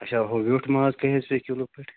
اَچھا ہُہ ویوٚٹھ ماز کٔہۍ حظ پیٚیہِ کِلوٗ پٲٹھۍ